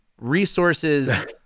Resources